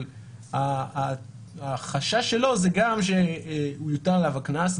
אבל החשש שלו הוא גם שיוטל עליו הקנס,